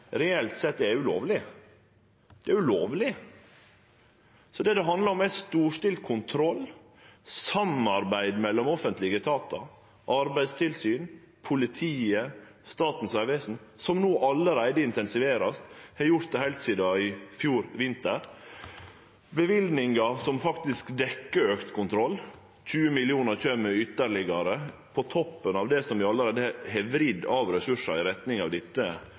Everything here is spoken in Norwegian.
reelt sett er ulovleg. Det er ulovleg. Det det handlar om, er storstilt kontroll, samarbeid mellom offentlege etatar, Arbeidstilsynet, politiet, Statens vegvesen, som no allereie vert intensivert, og har vore det heilt sidan i fjor vinter. Løyvingar som dekkjer auka kontroll, 20 mill. kr, kjem på toppen av det som vi allereie har vridd av ressursar i retning av dette